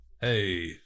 Hey